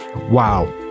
Wow